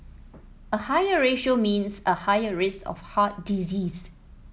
a higher ratio means a higher risk of heart disease